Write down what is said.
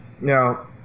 Now